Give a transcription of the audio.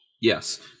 yes